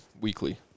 weekly